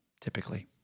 typically